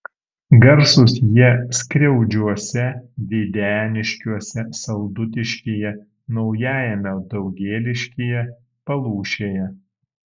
garsūs jie skriaudžiuose videniškiuose saldutiškyje naujajame daugėliškyje palūšėje